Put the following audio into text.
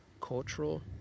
cultural